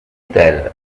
tel